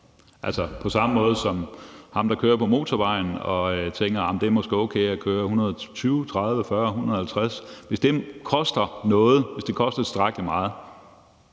gælder på samme måde for ham, der kører på motorvejen og tænker: Det er måske okay, jeg kører 120, 130, 140, 150 km/t. Hvis det koster noget, altså hvis det koster tilstrækkelig meget,